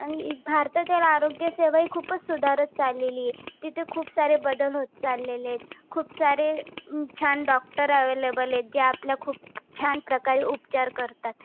आणि भारतातील आरोग्यसेवा ही खूपच सुधारत चालली आहे तिथे खूप सारे बदल होत चाललेले आहेत खूप सारे छान डॉक्टर अव्हेलेबलेत जे आपल्या खूप छान प्रकारे उपचार करतात